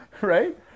Right